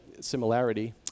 similarity